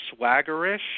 swaggerish